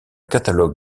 catalogue